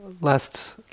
last